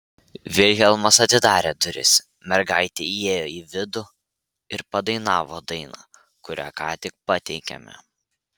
vilhelmas atidarė duris mergaitė įėjo į vidų ir padainavo dainą kurią ką tik pateikėme